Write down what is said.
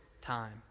time